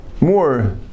more